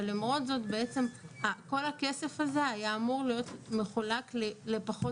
אבל למרות זאת בעצם כל הכסף הזה היה אמור להיות מחולק לפחות